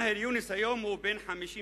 מאהר יונס הוא היום בן 50 שנה,